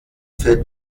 für